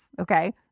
okay